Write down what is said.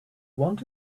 want